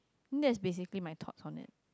that is basically my thought on it